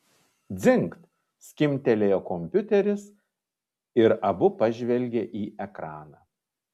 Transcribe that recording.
džingt skimbtelėjo kompiuteris ir abu pažvelgė į ekraną